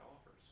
offers